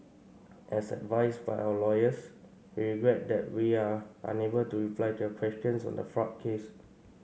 as advised by our lawyers we regret that we are unable to reply to your questions on the fraud case